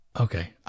Okay